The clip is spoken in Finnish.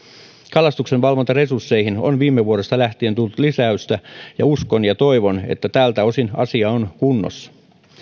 kalastuksen valvontaresursseihin on viime vuodesta lähtien tullut lisäystä ja uskon ja toivon että tältä osin asia on kunnossa